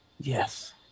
yes